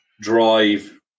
drive